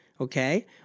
okay